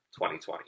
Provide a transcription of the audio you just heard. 2020